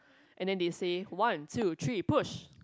and then they say one two three push